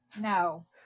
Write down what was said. No